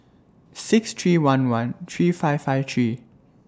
six three one one three five five three